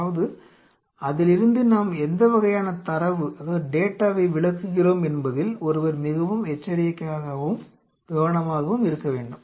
அதாவது அதிலிருந்து நாம் எந்த வகையான தரவை விளக்குகிறோம் என்பதில் ஒருவர் மிகவும் எச்சரிக்கையாகவும் கவனமாகவும் இருக்க வேண்டும்